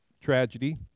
tragedy